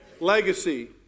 Legacy